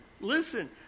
listen